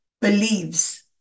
believes